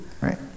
Right